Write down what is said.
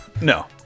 No